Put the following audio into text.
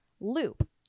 loop